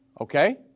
Okay